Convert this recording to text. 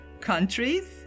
countries